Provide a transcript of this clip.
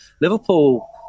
Liverpool